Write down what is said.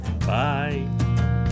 Bye